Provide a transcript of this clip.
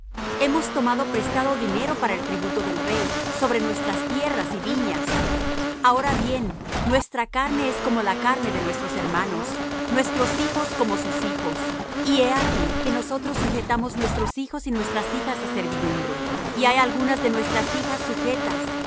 hemos tomado prestado dinero para el tributo del rey sobre nuestras tierras y viñas ahora bien nuestra carne es como la carne de nuestros hermanos nuestros hijos como sus hijos y he aquí que nosotros sujetamos nuestros hijos y nuestras hijas á servidumbre y hay algunas de nuestras hijas sujetas